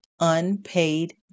unpaid